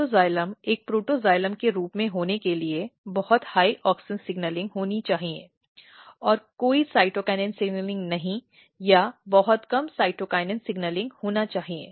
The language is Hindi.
प्रोटोक्साइलम एक प्रोटोक्साइलम के रूप में होने के लिए बहुत उच्च ऑक्सिन सिग्नलिंग होनी चाहिए और कोई साइटोकिनिन सिग्नलिंग नहीं या बहुत कम साइटोकिनिन सिग्नलिंग होनी चाहिए